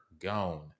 Gone